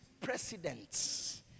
presidents